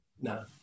No